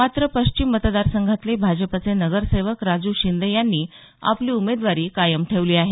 मात्र पश्चिम मतदारसंघातले भाजपचे नगरसेवक राजु शिंदे यांनी आपली उमेदवारी कायम ठेवली आहे